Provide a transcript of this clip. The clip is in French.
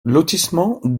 lotissement